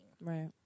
right